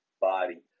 body